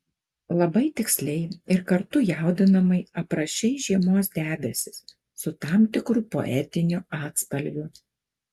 labai tiksliai ir kartu jaudinamai aprašei žiemos debesis su tam tikru poetiniu atspalviu